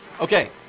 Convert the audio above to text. Okay